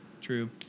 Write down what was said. True